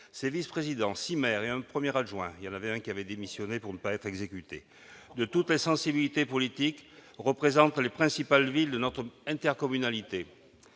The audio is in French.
Ces vice-présidents, six maires et un premier adjoint-l'un d'entre eux avait démissionné afin de ne pas être exécuté -, de toutes les sensibilités politiques, représentaient les principales villes de notre intercommunalité.